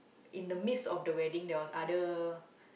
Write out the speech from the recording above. in the midst of the wedding there was other